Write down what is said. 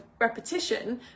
repetition